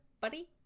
buddy